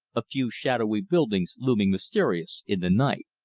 a few shadowy buildings looming mysterious in the night.